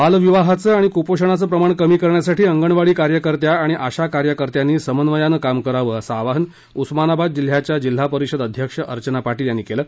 बालविवाहाचं आणि कुपोषणाचं प्रमाण कमी करण्यासाठी अंगणवाडी कार्यकर्त्या आणि आशा कार्यकर्त्यांनी समन्वयानं काम करावं असं आवाहन उस्मानाबाद जिल्ह्याच्या जिल्हापरिषद अध्यक्षा अर्चना पाटील यांनी केलं